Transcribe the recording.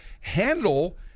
handle